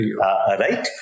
right